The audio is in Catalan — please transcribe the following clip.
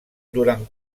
durant